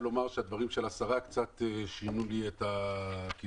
לומר שהדברים של השרה קצת שינו לי את הכיוון.